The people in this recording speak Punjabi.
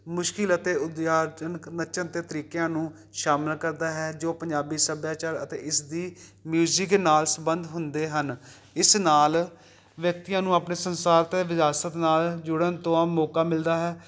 ਮੁਸ਼ਕਿਲ ਅਤੇ ਨੱਚਣ ਦੇ ਤਰੀਕਿਆਂ ਨੂੰ ਸ਼ਾਮਿਲ ਕਰਦਾ ਹੈ ਜੋ ਪੰਜਾਬੀ ਸੱਭਿਆਚਾਰ ਅਤੇ ਇਸ ਦੀ ਮਿਊਜਿਕ ਨਾਲ ਸੰਬੰਧ ਹੁੰਦੇ ਹਨ ਇਸ ਨਾਲ ਵਿਅਕਤੀਆਂ ਨੂੰ ਆਪਣੇ ਸੰਸਾਰ ਅਤੇ ਵਿਰਾਸਤ ਨਾਲ ਜੁੜਨ ਤੋਂ ਮੌਕਾ ਮਿਲਦਾ ਹੈ